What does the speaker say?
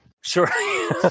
Sure